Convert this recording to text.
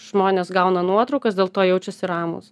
žmonės gauna nuotraukas dėl to jaučiasi ramūs